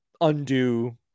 undo